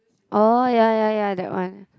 oh ya ya ya that one